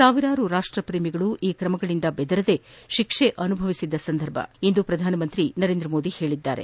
ಸಾವಿರಾರು ರಾಷ್ಷ ಪ್ರೇಮಿಗಳು ಈ ಕ್ರಮಗಳಿಂದ ಬೆದರದೆ ತಿಕ್ಸೆ ಅನುಭವಿಸಿದ್ದ ಸಂದರ್ಭ ಇಂದು ಪ್ರಧಾನಮಂತ್ರಿ ನರೇಂದ್ರ ಮೋದಿ ಹೇಳದ್ದಾರೆ